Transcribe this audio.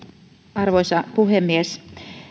arvoisa puhemies